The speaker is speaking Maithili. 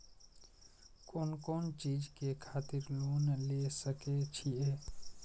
कोन कोन चीज के खातिर लोन ले सके छिए?